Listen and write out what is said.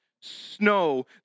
snow